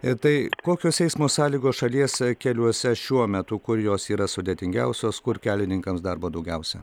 ir tai kokios eismo sąlygos šalies keliuose šiuo metu kur jos yra sudėtingiausios kur kelininkams darbo daugiausia